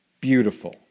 beautiful